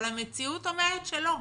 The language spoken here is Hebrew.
אבל המציאות אומרת שלא.